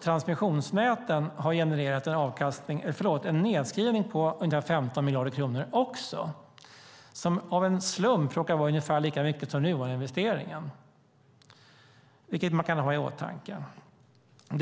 transmissionsnäten också genererat en nedskrivning på ungefär 15 miljarder kronor, vilket som av en slump råkar vara lika mycket som Nuoninvesteringen. Det kan man ha i åtanke.